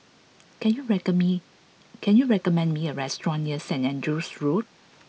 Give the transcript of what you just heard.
can you recon me can you recommend me a restaurant near Saintt Andrew's Road